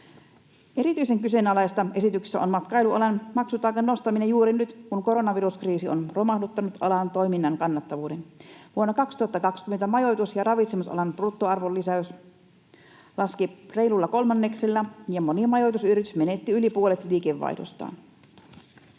Erityisen kyseenalaista esityksessä on matkailualan maksutaakan nostaminen juuri nyt, kun koronaviruskriisi on romahduttanut alan toiminnan kannattavuuden. Vuonna 2020 majoitus- ja ravitsemusalan bruttoarvonlisäys laski reilulla kolmanneksella ja moni majoitusyritys menetti yli puolet liikevaihdostaan.